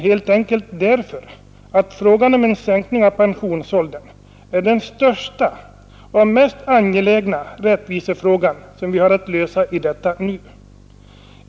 Helt enkelt därför att frågan om en sänkning av pensionsåldern är den största och mest angelägna rättvisefråga som vi har att lösa i detta nu.